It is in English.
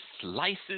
slices